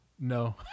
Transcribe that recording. No